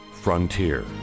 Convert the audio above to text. frontier